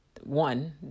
one